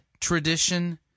tradition